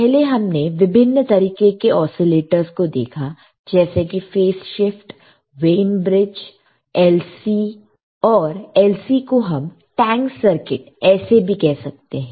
पहले हमने विभिन्न तरीके की ओसीलेटरस को देखा है जैसे कि phase shift Wien bridge LC और LC को हम टैंक सर्किट ऐसे भी कह सकते हैं